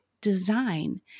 design